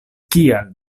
kial